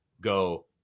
go